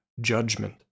judgment